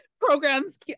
programs